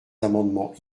amendements